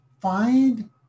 find